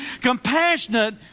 compassionate